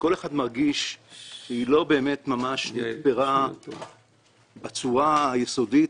שכל אחד מרגיש שהיא לא באמת ממש --- בצורה היסודית